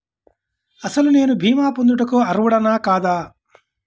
అసలు నేను భీమా పొందుటకు అర్హుడన కాదా?